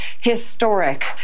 historic